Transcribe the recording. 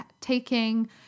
taking